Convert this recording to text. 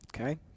Okay